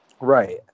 Right